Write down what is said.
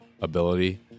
ability